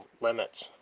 limits